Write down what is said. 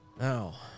Now